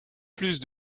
plus